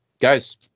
Guys